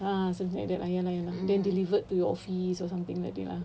a'ah something like that lah ya lah ya lah and then delivered to office or something like that ah